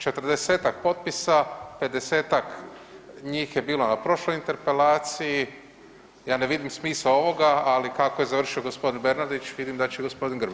40-tak potpisa, 50-tak njih je bilo na prošloj interpelaciji, ja ne vidim smisao ovoga, ali kako je završio gospodin Bernardić vidim da će i gospodin Grbin.